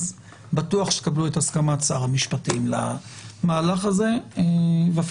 בטוח שתקבלו את הסכמת שר המשפטים למהלך הזה ואפילו